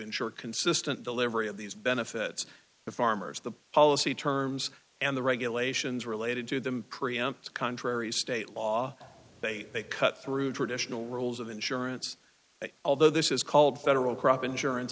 ensure consistent delivery of these benefits the farmers the policy terms and the regulations related to them preempts contrary state law they they cut through traditional rules of insurance although this is called federal crop insurance